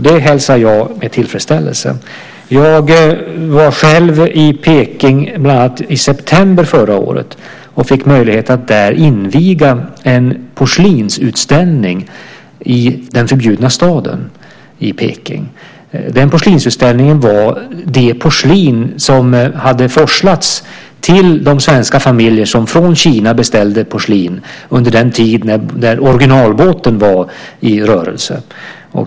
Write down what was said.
Det hälsar jag med tillfredsställelse. Jag var själv i Peking, bland annat i september förra året, och fick möjlighet att där inviga en porslinsutställning i Den förbjudna staden. Porslinsutställningen visade det porslin som hade forslats till de svenska familjer som från Kina beställde porslin under den tid då originalbåten var i rörelse.